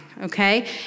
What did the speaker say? okay